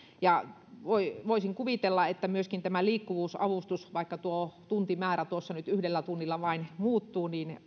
voisin kuvitella että myöskin tämä liikkuvuusavustus vaikka tuo tuntimäärä nyt vain yhdellä tunnilla muuttuu